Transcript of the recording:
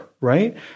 Right